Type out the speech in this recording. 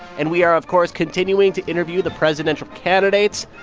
and we are, of course, continuing to interview the presidential candidates.